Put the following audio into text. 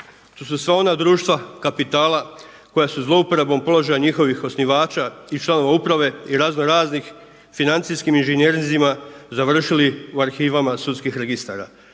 To su sva ona društva kapitala koja su zlouporabom položaja njihovih osnivača i članova uprave i razno raznih financijskim inženjerinizima završili u arhivama sudskih registara,